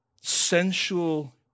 sensual